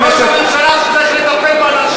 ראש הממשלה צריך לטפל באנשים.